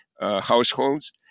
households